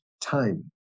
time